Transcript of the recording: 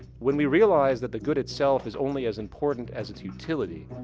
when we realize that the good itself is only as important as its utility,